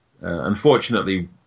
Unfortunately